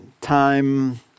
time